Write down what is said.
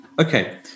okay